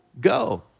go